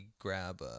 grab